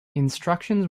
instructions